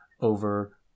over